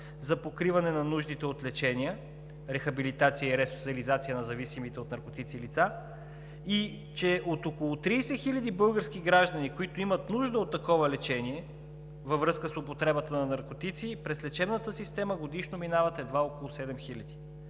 за покриване на нуждите от лечение, рехабилитация и ресоциализация на зависимите от наркотици лица и че от около 30 хиляди български граждани, които се нуждаят от такова лечение във връзка с употребата на наркотици, през лечебната система годишно минават едва около 7